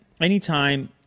anytime